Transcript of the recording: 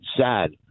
sad